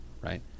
right